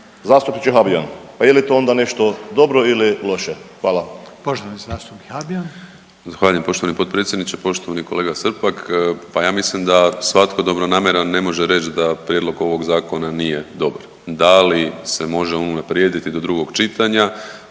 Zastupniče Habijan, pa je li to onda nešto dobro ili loše? Hvala. **Reiner, Željko (HDZ)** Poštovani zastupnik Habijan. **Habijan, Damir (HDZ)** Zahvaljujem poštovani potpredsjedniče. Poštovani kolega Srpak, pa ja mislim da svatko dobronamjeran ne može reć da prijedlog ovog zakona nije dobar, da li se može unaprijediti do drugog čitanja,